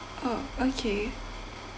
oh okay